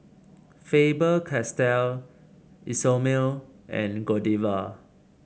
Faber Castell Isomil and Godiva